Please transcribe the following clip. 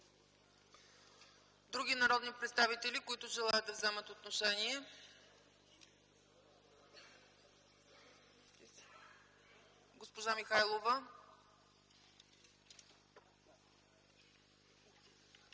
други народни представители, които желаят да вземат отношение? Госпожа Михайлова.